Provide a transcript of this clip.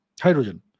hydrogen